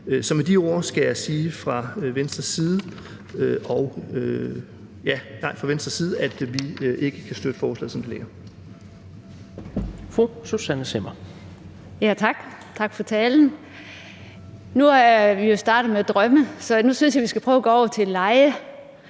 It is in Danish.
Så med de ord skal jeg sige, at vi fra Venstres side ikke kan støtte forslaget,